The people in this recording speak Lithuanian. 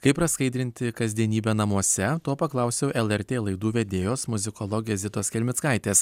kaip praskaidrinti kasdienybę namuose to paklausiau lrt laidų vedėjos muzikologės zitos kelmickaitės